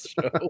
show